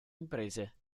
imprese